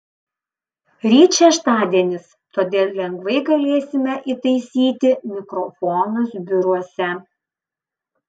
ryt šeštadienis todėl lengvai galėsime įtaisyti mikrofonus biuruose